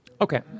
Okay